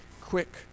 quick